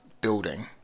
building